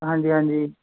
ਹਾਂਜੀ ਹਾਂਜੀ